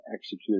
execute